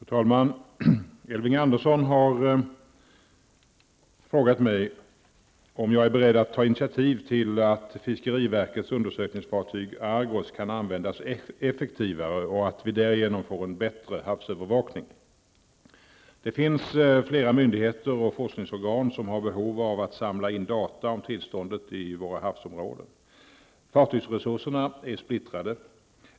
Fru talman! Elving Andersson har frågat om jag är beredd att ta initiativ till att fiskeriverkets undersökningsfartyg Argos kan användas effektivare och att vi därigenom får en bättre havsövervakning. Det finns flera myndigheter och forskningsorgan som har behov av att samla in data om tillståndet i våra havsområden. Fartygsresurserna är splittrade.